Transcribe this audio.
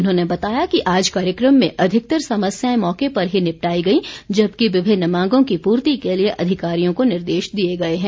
उन्होंने बताया कि आज कार्यक्रम में अधिकतर समस्याएं मौके पर ही निपटाई गईं जबकि विभिन्न मांगों की पूर्ति के लिए अधिकारियों को निर्देश दिए गए हैं